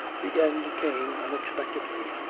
the end came unexpectedly.